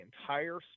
entire